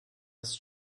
ist